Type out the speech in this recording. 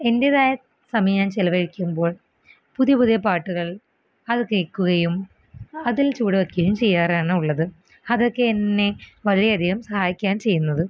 എൻ്റെതായ സമയം ഞാൻ ചിലവഴിക്കുമ്പോൾ പുതിയ പുതിയ പാട്ടുകൾ അത് കേൾക്കുകയും അതിൽ ചുവട് വെയ്ക്കുകയും ചെയ്യാറാണ് ഉള്ളത് അതൊക്കെയെന്നെ വളരെയധികം സഹായിക്കയാണ് ചെയ്യുന്നത്